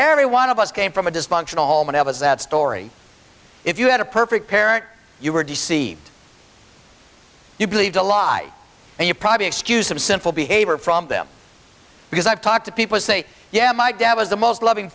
every one of us came from a dysfunctional home and as that story if you had a perfect parent you were deceived you believed a lie and you probably excuse them sinful behavior from them because i've talked to people say yeah my dad was the most loving